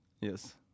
Yes